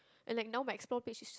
and like now my explore page is